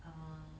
err